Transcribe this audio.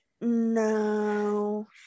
no